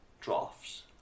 drafts